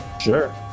sure